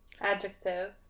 Adjective